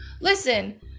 Listen